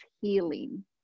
healing